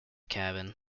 cabin